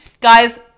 Guys